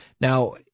Now